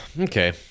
okay